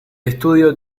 estudio